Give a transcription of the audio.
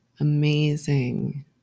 amazing